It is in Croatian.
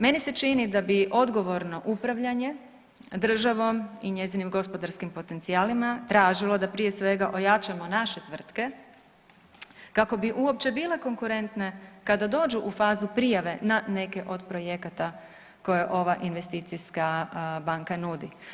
Meni se čini da bi odgovorno upravljanje državom i njezinim gospodarskim potencijalima tražilo da prije svega ojačamo naše tvrtke kako bi uopće bile konkurentne kada dođu u fazu prijave na neke od projekata koje ova investicijska banka nudi.